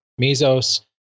Mesos